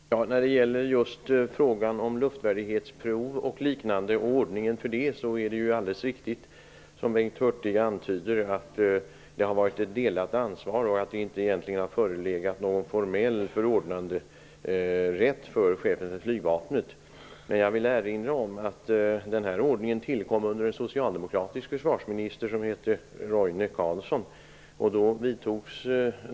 Herr talman! När det gäller frågan om luftvärdighetsprov och ordningen för det är det alldeles riktigt, som Bengt Hurtig antyder, att det har funnits ett delat ansvar och att det egentligen inte har förelegat någon formell förordnanderätt för chefen för flygvapnet. Men jag vill erinra om att den ordningen tillkom under en socialdemokratisk försvarsminister som hette Roine Carlsson.